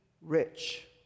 rich